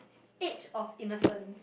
age of innocence